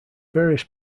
various